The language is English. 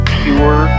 pure